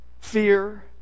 fear